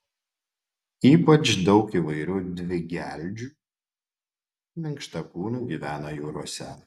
ypač daug įvairių dvigeldžių minkštakūnių gyvena jūrose